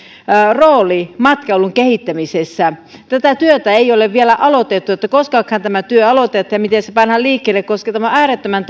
rooli matkailun kehittämisessä tätä työtä ei ole vielä aloitettu eli koskahan tämä työ aloitetaan ja miten se pannaan liikkeelle tämä työ on äärettömän